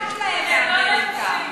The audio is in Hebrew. לא אכפת להם מאמריקה.